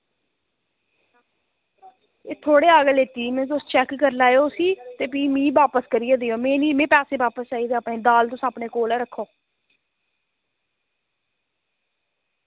एह् थुआढ़ेआ गै लेती मैं तुस चैक कर लैयो उस्सी ते फ्ही मि बापस करियै दियो मैं नि मि पैसे बापस चाहिदे अपने दाल तुस अपने कोल गै रक्खो